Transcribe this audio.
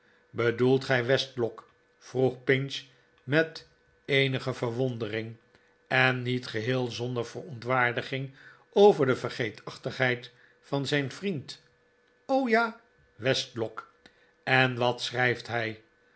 bedoelt gij westlock vroeg pinch met eenige verwondering eii niet geheel zon der verontwaardiging over de vergeetachtigheid van zijn vriend ja westlock en wat schrijft hij